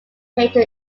painter